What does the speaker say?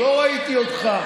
לא ראיתי אותך.